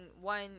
one